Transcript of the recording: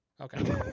Okay